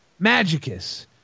Magicus